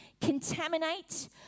Contaminate